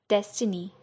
Destiny